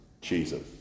Jesus